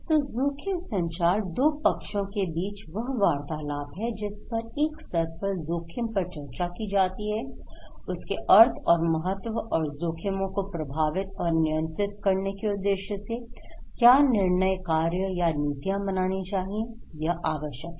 तो जोखिम संचार दो पक्षों के बीच वह वार्तालाप है जिस पर एक स्तर पर जोखिम पर चर्चा की जाती है उसके अर्थ और महत्व और जोखिमों को प्रबंधित और नियंत्रित करने के उद्देश्य से क्या निर्णय कार्य या नीतियां बनानी चाहिए यह आवश्यक है